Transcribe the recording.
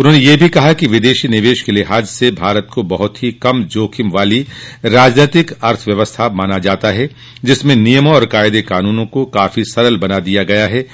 उन्होंने यह भी कहा कि विदेशी निवेश के लिहाज से भारत को बहुत ही कम जोखिम वाली राजनैतिक अर्थव्यवस्था माना जाता है जिसमें नियमों और कायदे कानूनों को काफी सरल बना दिया गया है